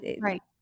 Right